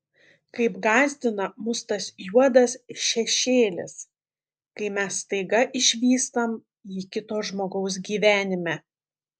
kaip gąsdina mus tas juodas šešėlis kai mes staiga išvystam jį kito žmogaus gyvenime